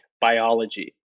biology